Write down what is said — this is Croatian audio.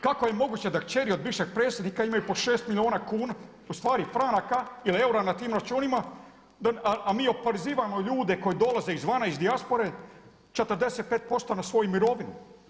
Kako je moguće da kćeri od bivšeg predsjednika imaju po 6 milijuna kuna, u stvari franaka ili eura na tim računima a mi oporezivamo ljude koji dolaze izvana iz dijaspore 45% na svoju mirovinu.